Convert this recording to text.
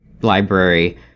library